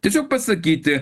tiesiog pasakyti